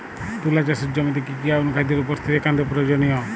তুলা চাষের জমিতে কি কি অনুখাদ্যের উপস্থিতি একান্ত প্রয়োজনীয়?